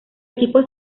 equipos